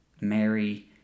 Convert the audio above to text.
Mary